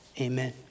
Amen